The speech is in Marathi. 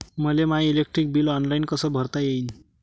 मले माय इलेक्ट्रिक बिल ऑनलाईन कस भरता येईन?